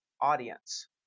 audience